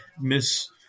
miss